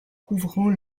couvrant